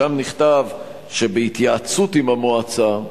שם נכתב שבהתייעצות עם המועצה,